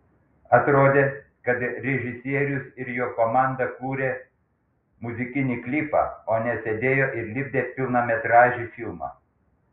atrodė kad režisierius ir jo komanda kūrė muzikinį klipą o ne sėdėjo ir lipdė pilnametražį filmą